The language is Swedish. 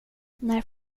när